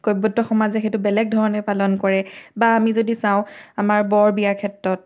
কৈৱৰ্ত সমাজে সেইটো বেলেগ ধৰণে পালন কৰে বা আমি যদি চাওঁ আমাৰ বৰ বিয়াৰ ক্ষেত্ৰত